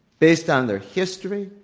based on their history,